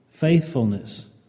faithfulness